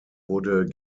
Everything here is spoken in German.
wurde